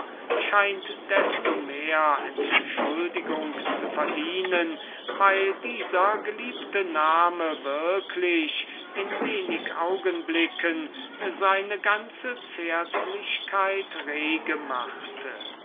scheint desto mehr entschuldigung zu verdienen weil dieser geliebte name würklich in wenig augenblicken seine ganze zärtlichkeit rege machte